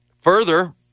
Further